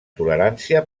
tolerància